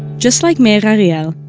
just like meir ariel,